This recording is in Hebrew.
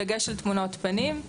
בדגש על תמונות פנים,